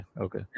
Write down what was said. Okay